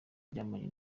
aryamanye